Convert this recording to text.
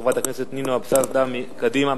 חברת הכנסת נינו אבסדזה מקדימה,